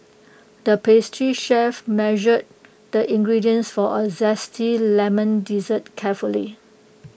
the pastry chef measured the ingredients for A Zesty Lemon Dessert carefully